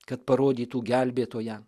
kad parodytų gelbėtoją